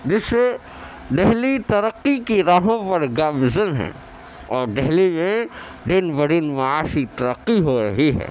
جس سے دہلی ترقی کی راہوں پر گامزن ہے اور دہلی میں دن بہ دن معاشی ترقی ہو رہی ہے